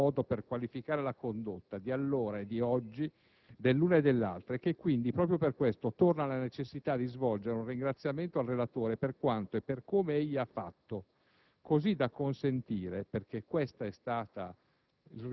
Credo al riguardo di poter dire che "senza vergogna" è l'unico corretto modo per qualificare la condotta, di allora e di oggi, dell'una e degli altri, e che quindi - proprio per questo - torna la necessità di svolgere un ringraziamento al relatore per quanto e per come egli ha fatto,